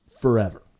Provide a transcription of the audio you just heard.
forever